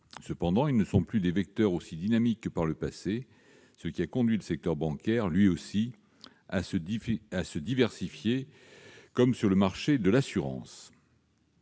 Cependant, ils ne sont plus des vecteurs aussi dynamiques que par le passé, ce qui a conduit le secteur bancaire lui aussi à se diversifier, par exemple sur le marché de l'assurance.